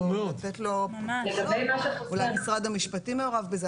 אולי משרד המשפטים מעורב בזה.